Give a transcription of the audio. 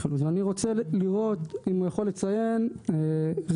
ואני רוצה לראות אם הוא יכול לציין רישיון